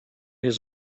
his